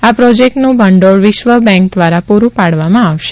આ પ્રોજેક્ટનું ભંડોળ વિશ્વબેંક દ્વારા પુરું પાડવામાં આવશે